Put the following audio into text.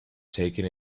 taken